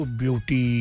beauty